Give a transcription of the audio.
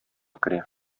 керә